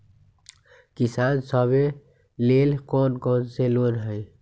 किसान सवे लेल कौन कौन से लोने हई?